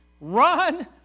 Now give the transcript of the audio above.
run